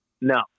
No